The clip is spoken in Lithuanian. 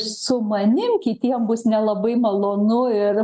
su manim kitiem bus nelabai malonu ir